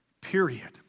period